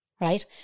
right